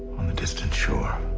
on a distant shore.